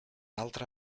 altra